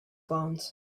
phones